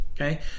okay